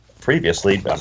previously